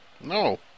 No